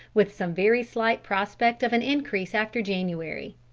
with some very slight prospect of an increase after january.